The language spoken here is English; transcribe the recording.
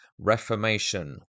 reformation